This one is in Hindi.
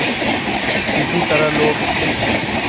इसी तरह लोग